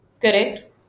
Correct